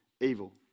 evil